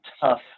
tough